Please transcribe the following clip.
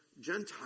Gentiles